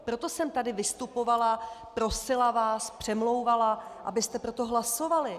Proto jsem tady vystupovala, prosila vás, přemlouvala, abyste pro to hlasovali.